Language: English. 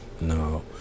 no